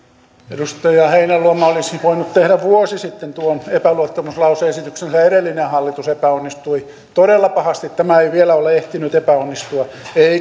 edustaja heinäluoma olisi voinut tehdä vuosi sitten tuon epäluottamuslause esityksensä edellinen hallitus epäonnistui todella pahasti tämä ei vielä ole ehtinyt epäonnistua